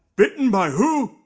bitten by who?